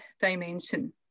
dimension